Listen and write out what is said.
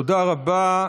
תודה רבה.